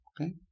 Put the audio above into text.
Okay